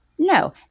No